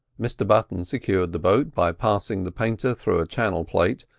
mr button secured the boat by passing the painter through a channel plate,